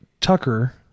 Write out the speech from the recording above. Tucker